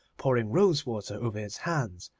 pouring rose-water over his hands,